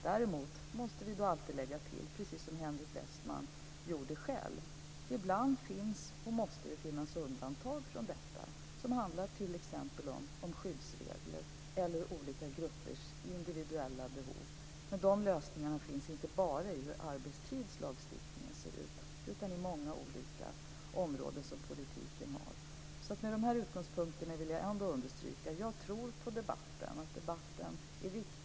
Däremot måste vi alltid lägga till, precis som Henrik Westman själv gjorde, att ibland finns det, och måste det finnas, undantag från detta som handlar t.ex. om skyddsregler eller om olika gruppers individuella behov. Men de lösningarna ligger inte bara i hur arbetstidslagstiftningen ser ut, utan det gäller också många andra olika områden inom politiken. Med dessa utgångspunkter vill jag ändå understryka att jag tror på debatten och att debatten är viktig.